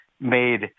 made